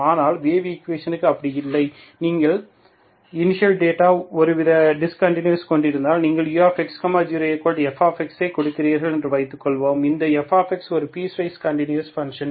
ஆனால் வேவ் ஈக்குவேஷனுக்கு அப்படி இல்லை நீங்கள் இனிஷியல் டேட்டா ஒருவித டிஸ்கண்டினுவுஸ் கொண்டிருந்தால் நீங்கள் ux 0f ஐ கொடுக்கிறீர்கள் என்று வைத்துக்கொள்வோம் அந்த f ஒரு பீஸ்வைஸ் கண்டினுவுஸ் பன்ஷன்